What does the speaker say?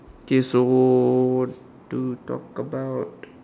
okay so to talk about